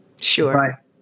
Sure